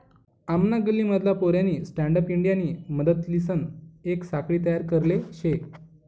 आमना गल्ली मधला पोऱ्यानी स्टँडअप इंडियानी मदतलीसन येक साखळी तयार करले शे